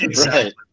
Right